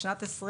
בשנת 2020